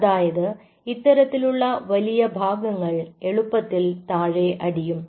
അതായത് ഇത്തരത്തിലുള്ള വലിയ ഭാഗങ്ങൾ എളുപ്പത്തിൽ താഴെ അടിയും